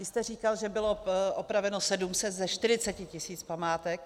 Vy jste říkal, že bylo opraveno 700 ze 40 tisíc památek.